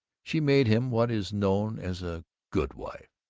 she made him what is known as a good wife.